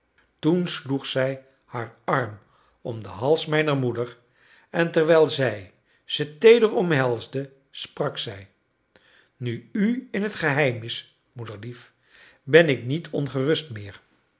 toen sloeg zij haar arm om den hals mijner moeder en terwijl zij ze teeder omhelsde sprak zij nu u in t geheim is moederlief ben ik niet ongerust meer